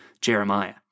Jeremiah